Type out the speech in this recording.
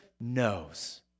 knows